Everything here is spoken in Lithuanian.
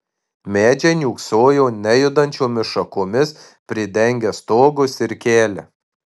medžiai niūksojo nejudančiomis šakomis pridengę stogus ir kelią